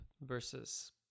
versus